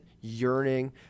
yearning